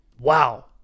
Wow